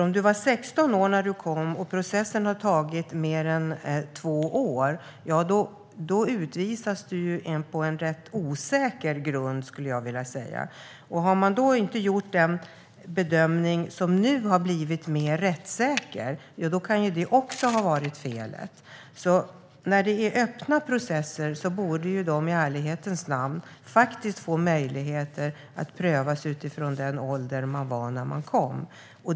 Om du var 16 år när du kom och processen har tagit mer än två år utvisas du nämligen på rätt osäker grund, skulle jag vilja säga. Har man då inte gjort den bedömning som nu har blivit mer rättssäker kan också det ha varit felet. När det är öppna processer borde man i ärlighetens namn få möjlighet att prövas utifrån den ålder man var i när man kom.